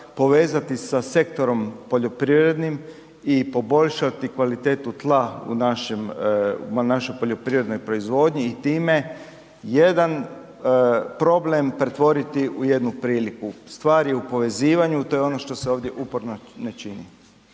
povezati sa sektorom poljoprivrednim i poboljšati kvalitetu tla u našoj poljoprivrednoj proizvodnji i time jedan problem pretvoriti u jednu priliku. Stvar je u povezivanju, to je ono što se ovdje uporno ne čini.